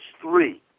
three